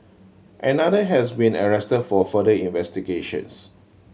another has been arrested for further investigations